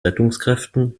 rettungskräften